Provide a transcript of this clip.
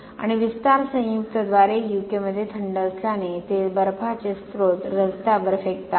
आणि विस्तार संयुक्त द्वारे यूके मध्ये थंड असल्याने ते बर्फाचे स्त्रोत रस्त्यावर फेकतात